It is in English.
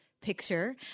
picture